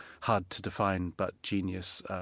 hard-to-define-but-genius